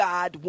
God